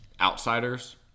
outsiders